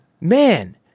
Man